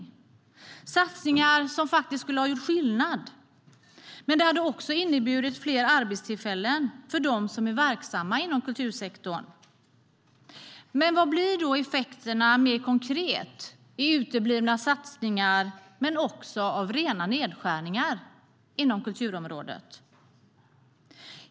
Det är satsningar som faktiskt skulle ha gjort skillnad. Men det hade också inneburit fler arbetstillfällen för dem som är verksamma inom kultursektorn. Vad blir då effekterna mer konkret i uteblivna satsningar, men också av rena nedskärningar inom kulturområdet?